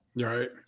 Right